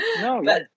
no